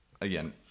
Again